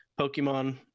Pokemon